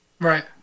Right